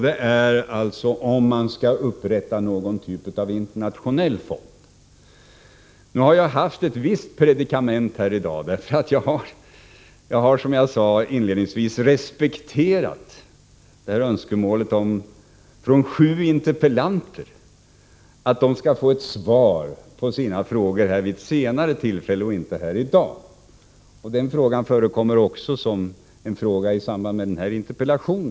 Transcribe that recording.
Det är frågan om vi skall upprätta någon typ av internationell fond. Jag har befunnit mig i ett visst predikament här i dag. Jag har, som jag inledningsvis sade, respekterat önskemålet från sju interpellanter att de skall få svar på sina intepellationer vid ett senare tillfälle och inte under denna debatt. Frågan om en internationell fond förekommer i en av dessa interpellationer.